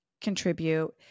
contribute